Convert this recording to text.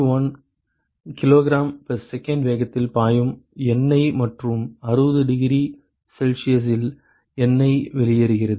1 Kgs வேகத்தில் பாயும் எண்ணெய் மற்றும் 60oC இல் எண்ணெய் வெளியேறுகிறது